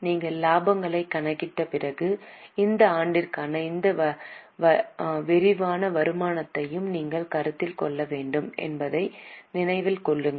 நீங்கள் இலாபங்களை கணக்கிட்ட பிறகு இந்த ஆண்டுக்கான இந்த விரிவான வருமானத்தையும் நீங்கள் கருத்தில் கொள்ள வேண்டும் என்பதை நினைவில் கொள்ளுங்கள்